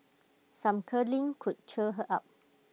some cuddling could cheer her up